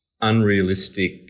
unrealistic